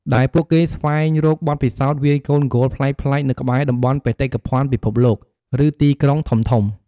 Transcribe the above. ដែលពួកគេស្វែងរកបទពិសោធន៍វាយកូនហ្គោលប្លែកៗនៅក្បែរតំបន់បេតិកភណ្ឌពិភពលោក ឬទីក្រុងធំៗ។